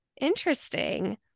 Interesting